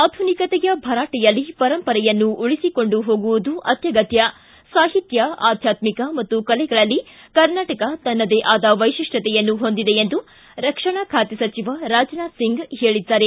ಆಧುನಿಕತೆಯ ಭರಾಟೆಯಲ್ಲಿ ಪರಂಪರೆಯನ್ನು ಉಳಿಸಿಕೊಂಡು ಹೋಗುವುದು ಅತ್ಯಗತ್ಯ ಸಾಹಿತ್ಯ ಆಧ್ಯಾತ್ಮಿಕ ಮತ್ತು ಕಲೆಗಳಲ್ಲಿ ಕರ್ನಾಟಕ ತನ್ನದೇ ಆದ ವೈಶಿಷ್ಟತೆಯನ್ನು ಹೊಂದಿದೆ ಎಂದು ರಕ್ಷಣಾ ಖಾತೆ ಸಚಿವ ರಾಜನಾಥ್ ಸಿಂಗ್ ಎಂದು ಹೇಳಿದ್ದಾರೆ